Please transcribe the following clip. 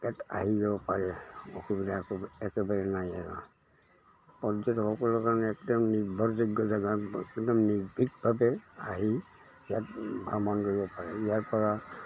ইয়াত আহি যাব পাৰে অসুবিধা একাৰে একেবাৰে নাই ইয়াত আৰু পৰ্যটকসকলৰ কাৰণে একদম নিৰ্ভৰযোগ্য জেগা একদম নিৰ্ভীকভাৱে আহি ইয়াত ভ্ৰমণ কৰিব পাৰে ইয়াৰপৰা